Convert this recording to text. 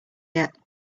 yet